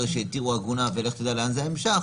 שהתירו עגונה ולך תדע לאן זה היה נמשך